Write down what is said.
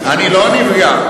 אני לא נפגע.